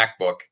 MacBook